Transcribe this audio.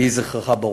יהי זכרך ברוך.